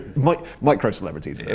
like micro-celebrities.